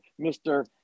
Mr